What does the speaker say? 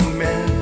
man